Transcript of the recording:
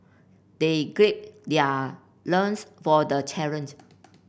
they grade their loins for the challenge